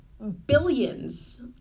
Billions